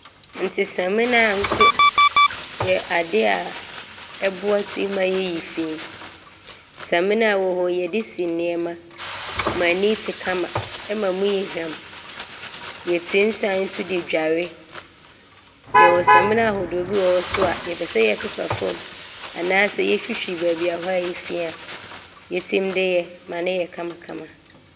Nti saminaa nso, yɛ adeɛ a ɔboa tim ma yɛ yɛyi fii. Saminaa wɔ hɔ yi, yɛde si nnoɔma ma ani te kama ma mu yɛ hwam. Yɛtim sane so de dware. Yɛwɔ saminaa ahodoɔ bi wɔ hɔ so a yɛpɛ sɛ yɛpepa fam anaasɛ yɛtwitwi baabi a hɔ ayɛ fii a, yɛtim de yɛ ma ne yɛ kamakama.